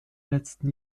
letzten